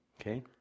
Okay